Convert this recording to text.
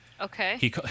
Okay